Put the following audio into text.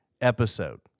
episode